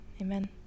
Amen